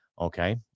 Okay